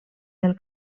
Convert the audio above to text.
del